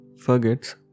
forgets